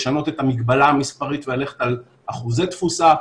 לשנות את המגבלה המספרית וללכת על אחוזי תפוסה.